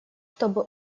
чтобы